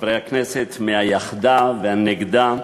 חברי הכנסת מהיחדה והנגדה,